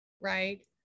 right